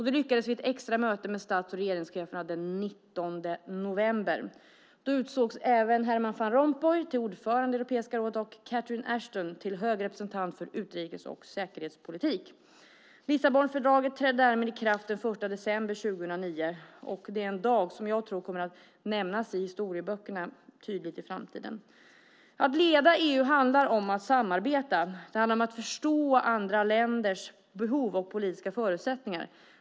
Det lyckades vid ett extra möte med stats och regeringscheferna den 19 november. Då utsågs Herman Van Rompuy till ordförande i Europeiska rådet och Catherine Ashton till hög representant för utrikes och säkerhetspolitik. Lissabonfördraget trädde därmed i kraft den 1 december 2009, och det är en dag som jag tror kommer att nämnas i historieböckerna tydligt i framtiden. Att leda EU handlar om att samarbeta. Det handlar om att förstå andra länders behov och politiska förutsättningar.